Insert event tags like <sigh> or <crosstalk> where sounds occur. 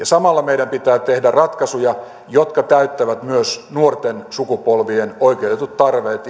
<unintelligible> samalla meidän pitää tehdä ratkaisuja jotka täyttävät myös nuorten sukupolvien oikeutetut tarpeet <unintelligible>